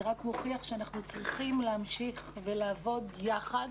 רק מוכיח שאנחנו צריכים להמשיך ולעבוד יחד.